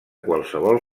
qualsevol